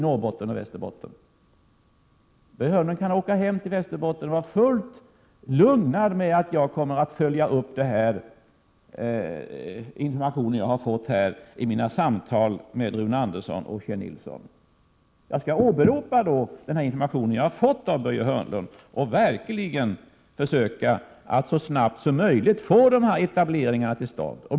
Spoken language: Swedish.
Börje Hörnlund kan åka hem till Västerbotten och vara helt lugn att jag kommer att följa upp den information jag har fått här i mina samtal med Rune Andersson och Kjell Nilsson. Jag skall åberopa den information jag har fått av Börje Hörnlund och försöka att så snabbt som möjligt få till stånd dessa etableringar.